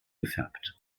gefärbt